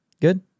Good